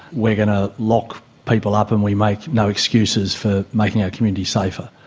we're going to lock people up and we make no excuses for making our communities safer.